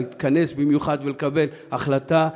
להתכנס במיוחד ולקבל החלטה,